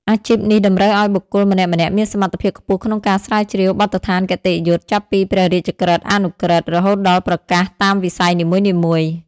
អាជីពនេះតម្រូវឱ្យបុគ្គលម្នាក់ៗមានសមត្ថភាពខ្ពស់ក្នុងការស្រាវជ្រាវបទដ្ឋានគតិយុត្តិ ចាប់ពីព្រះរាជក្រឹត្យ អនុក្រឹត្យ រហូតដល់ប្រកាសតាមវិស័យនីមួយៗ។